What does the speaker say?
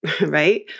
right